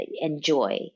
enjoy